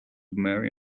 mary